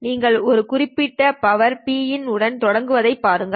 நீங்கள் அந்த குறிப்பிட்ட பவர் Pin உடன் தொடங்குவதைப் பாருங்கள்